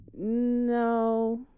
no